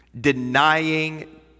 denying